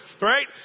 Right